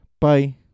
Bye